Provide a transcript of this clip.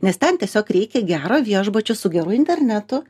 nes ten tiesiog reikia gero viešbučio su geru internetu